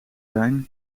zijn